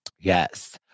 Yes